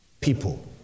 people